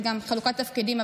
וזו גם חלוקת תפקידים,